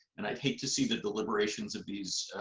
and i'd hate to see the deliberations of these